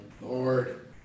Lord